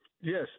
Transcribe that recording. Yes